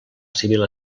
civil